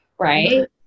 Right